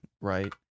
right